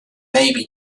maybe